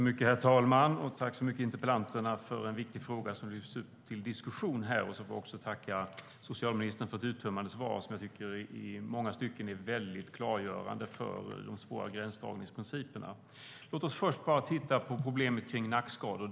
Herr talman! Jag tackar interpellanterna för en viktig fråga som lyfts upp till diskussion. Jag tackar också socialministern för ett uttömmande svar, som jag i många stycken tycker är klargörande för de svåra gränsdragningsprinciperna. Låt oss först bara titta på problemet med nackskador.